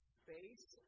space